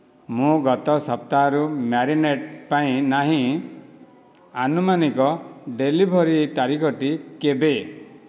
ମୁଁ ଗତ ସପ୍ତାହରୁ ମ୍ୟାରିନେଡ଼୍ ପାଇନାହିଁ ଆନୁମାନିକ ଡେଲିଭରି ତାରିଖଟି କେବେ